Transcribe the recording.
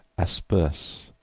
asperse,